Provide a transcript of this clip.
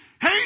hey